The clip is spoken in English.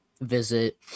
visit